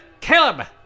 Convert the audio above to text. Caleb